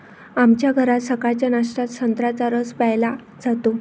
आमच्या घरात सकाळच्या नाश्त्यात संत्र्याचा रस प्यायला जातो